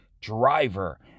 Driver